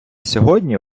сьогодні